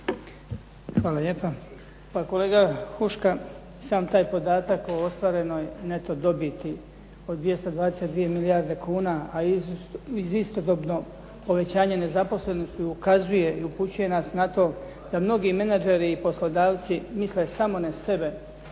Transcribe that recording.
Hvala lijepa. Pa kolega Huška, sam taj podatak o ostvarenoj neto dobiti od 222 milijarde kuna, a uz istodobno povećanje nezaposlenosti ukazuje i upućuje nas na to da mnogi menadžeri i poslodavci misle samo na sebe,